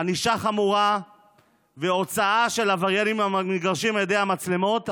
ענישה חמורה והוצאה של עבריינים מהמגרשים על ידי המצלמות,